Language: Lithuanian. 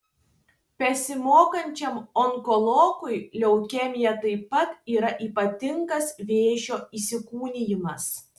besimokančiam onkologui leukemija taip pat yra ypatingas vėžio įsikūnijimas